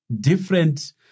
different